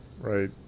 Right